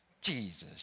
Jesus